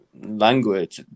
Language